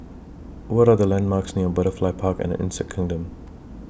What Are The landmarks near Butterfly Park and Insect Kingdom